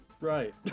Right